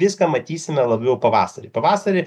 viską matysime labiau pavasarį pavasarį